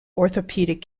orthopaedic